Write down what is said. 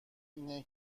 اینه